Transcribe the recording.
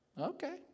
Okay